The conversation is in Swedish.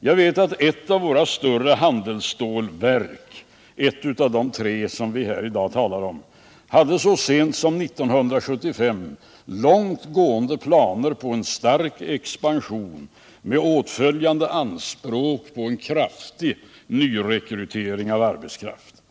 Jag vet att ett av våra större handelsstålverk — ett av de tre som vi här i dag talar om — så sent som 1975 hade långt gående planer på en stark expansion med åtföljande anspråk på en kraftig nyrekrytering av arbetskraft.